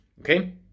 okay